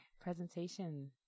Presentation